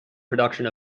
production